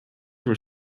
were